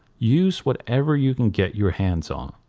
use whatever you can get your hands on.